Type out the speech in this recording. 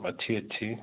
अच्छी अच्छी